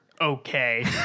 okay